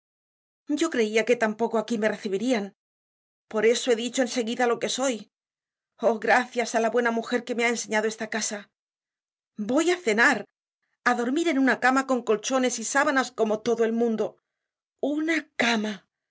yo creia que tampoco aquí me recibirian por eso he dicho en seguida lo que soy oh gracias á la buena mujer que me ha enseñado esta casa voy á cenar á dormir en una cama con colchones y sábanas como todo el mundo una cama